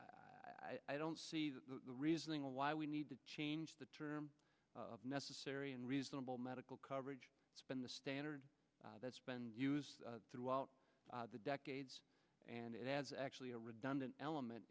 i don't see the reasoning why we need to change the term necessary and reasonable medical coverage in the standard that's been throughout the decades and it has actually a redundant element